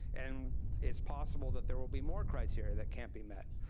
and it's possible that there will be more criteria that can't be met,